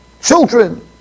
children